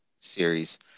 series